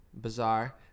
bizarre